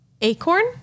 Acorn